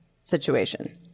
situation